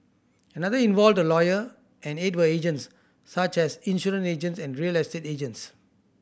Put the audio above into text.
another involved a lawyer and eight were agents such as insurance agents and real estate agents